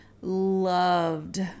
loved